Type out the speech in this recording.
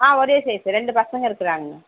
ஆ ஒரே சைஸ் ரெண்டு பசங்கள் இருக்கிறாங்க